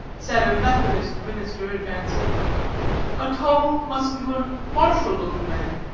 said a methodist minister, advancing a tall, muscular, martial-looking man,